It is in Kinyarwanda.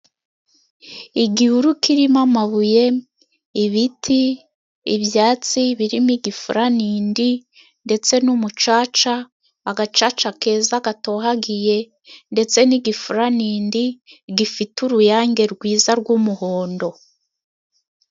Igihuru kirimo amabuye, ibiti, ibyatsi birimo igifuranindi ndetse n'umucaca, agacaca keza katohagiye, ndetse n'igifuranindi gifite uruyange rwiza rw'umuhondo.